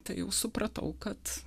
tai jau supratau kad